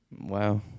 Wow